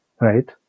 right